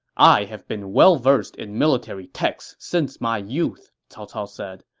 i have been well-versed in military texts since my youth, cao cao said.